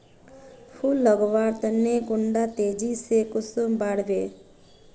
फुल लगवार तने कुंडा तेजी से कुंसम बार वे?